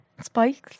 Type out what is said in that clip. Spikes